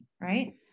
Right